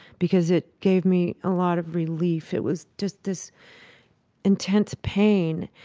because it gave me a lot of relief. it was just this intense pain,